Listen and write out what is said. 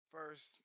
First